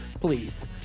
please